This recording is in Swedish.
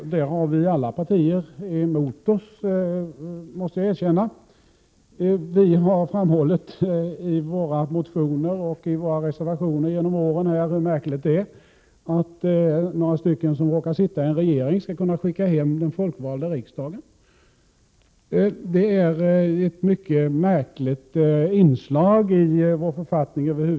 Här har vi alla partier mot oss, måste jag erkänna. I våra motioner och reservationer har vi genom åren framhållit hur märkligt det är att några stycken som råkar sitta i en regering skall kunna skicka hem den folkvalda riksdagen. Det är över huvud taget ett mycket märkligt inslag i vår författning.